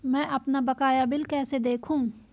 मैं अपना बकाया बिल कैसे देखूं?